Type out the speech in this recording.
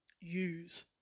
use